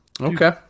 Okay